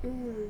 mm